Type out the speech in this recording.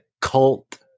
cult